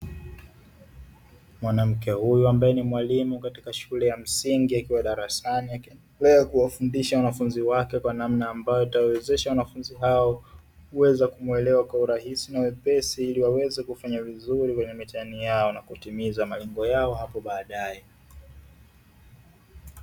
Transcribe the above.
Mwanamke huyu ambaye ni mwalimu katika shule ya msingi, akiwa darasani akiendelea kuwafunsisha wanafunzi wake kwa naamna ambayo itawawezesha wanafunzi hao kuweza kumwelewa kwa urahisi na wepesi, ili waweze kufanya vizuri kwenye mitihani yao na kutimiza malengo yao hapo baadae.